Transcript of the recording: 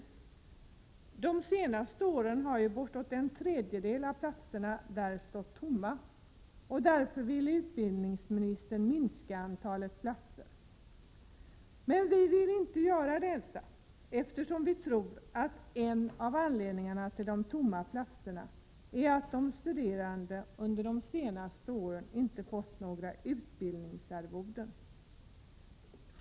Under de senaste åren har bortåt en tredjedel av platserna på denna stått tomma, och därför vill utbildningsministern minska antalet utbildningsplatser. Men vi vill inte göra detta, eftersom vi tror att en av anledningarna till de tomma platserna är att de studerande under de senaste åren inte har fått några utbildningsarvoden.